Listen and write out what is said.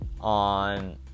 on